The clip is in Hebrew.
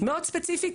מאוד ספציפי,